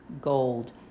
gold